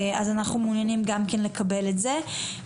אז אנחנו מעוניינים גם כן לקבל את זה.